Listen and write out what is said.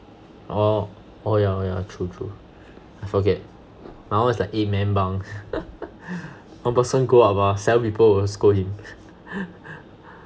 oh oh yeah oh yeah true true I forget I always like eight men bunk one person go up ah seven people will scold him